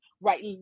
right